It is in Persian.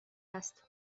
است